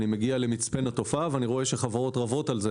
אני מגיע למצפה נטופה ואני רואה שחברות רבות על המקום.